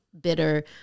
bitter